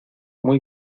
muy